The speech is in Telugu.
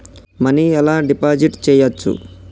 మనీ ఎలా డిపాజిట్ చేయచ్చు?